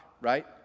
right